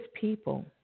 people